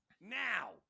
now